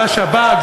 זה השב"כ?